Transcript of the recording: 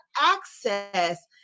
access